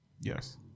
Yes